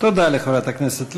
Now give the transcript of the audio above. תודה לחברת הכנסת לבני.